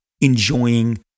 enjoying